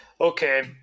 okay